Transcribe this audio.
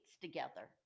together